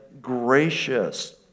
gracious